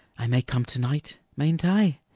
i may come to-night, mayn't i?